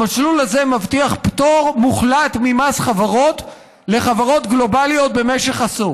המסלול הזה מבטיח פטור מוחלט ממס חברות לחברות גלובליות במשך עשור.